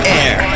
air